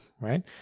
right